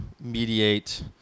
mediate